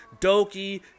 Doki